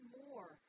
more